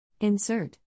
Insert